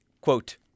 quote